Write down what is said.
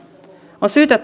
on syytä